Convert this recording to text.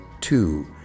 two